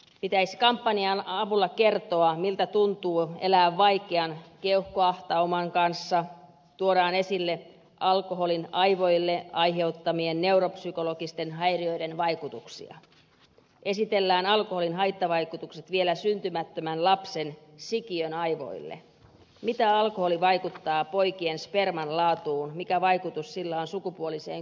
pitäisi kampanjan avulla kertoa miltä tuntuu elää vaikean keuhkoahtauman kanssa tuoda esille alkoholin aivoille aiheuttamien neuropsykologisten häiriöiden vaikutuksia esitellä alkoholin haittavaikutukset vielä syntymättömän lapsen sikiön aivoille kertoa miten alkoholi vaikuttaa poikien sperman laatuun mikä vaikutus sillä on sukupuoliseen kypsymiseen